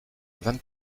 vingt